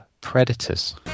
predators